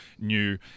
new